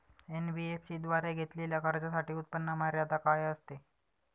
NBFC द्वारे घेतलेल्या कर्जासाठी उत्पन्न मर्यादा काय असते?